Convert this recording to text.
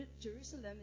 Jerusalem